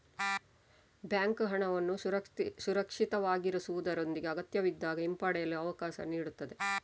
bank ಹಣವನ್ನು ಸುರಕ್ಷಿತವಾಗಿರಿಸುವುದರೊಂದಿಗೆ ಅಗತ್ಯವಿದ್ದಾಗ ಹಿಂಪಡೆಯಲು ಅವಕಾಶ ನೀಡುತ್ತದೆ